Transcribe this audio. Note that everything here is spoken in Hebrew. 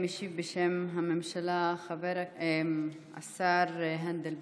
משיב בשם הממשלה השר הנדל.